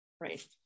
right